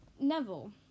neville